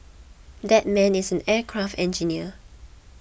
that man is an aircraft engineer